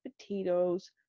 potatoes